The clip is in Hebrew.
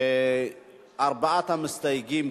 ארבעת המסתייגים,